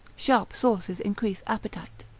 sharp sauces increase appetite,